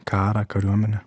karą kariuomenę